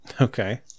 Okay